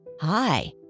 Hi